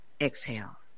Exhale